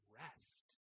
rest